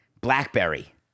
Blackberry